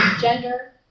gender